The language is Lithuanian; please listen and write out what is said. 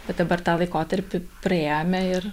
bet dabar tą laikotarpį praėjome ir